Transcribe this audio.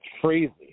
crazy